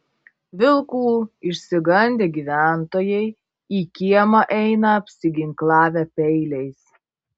vilkų išsigandę gyventojai į kiemą eina apsiginklavę peiliais